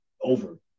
over